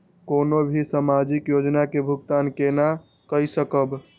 कोनो भी सामाजिक योजना के भुगतान केना कई सकब?